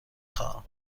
خواهم